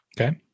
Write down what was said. Okay